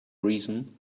reason